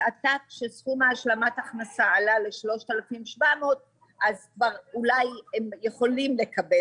אז כשסכום השלמת הכנסה עלה ל-3,700 אז אולי הם יכולים לקבל.